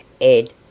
ed